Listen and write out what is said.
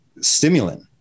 stimulant